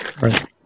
Right